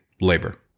labor